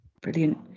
Brilliant